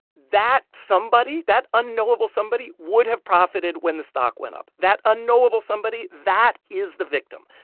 that somebody that unknowable somebody would have profited when the stock went up. that unknowable somebody that is the victim.